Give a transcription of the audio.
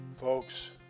Folks